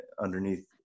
underneath